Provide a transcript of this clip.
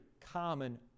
common